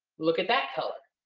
look at that color.